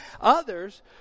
others